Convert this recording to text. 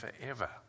forever